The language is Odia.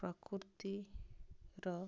ପ୍ରକୃତିର